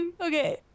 Okay